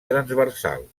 transversal